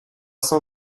cent